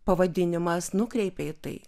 pavadinimas nukreipia į tai